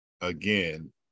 again